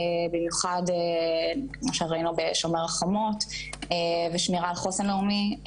במיוחד כמו שראינו ב"שומר חומות" ושמירה על חוסן לאומי.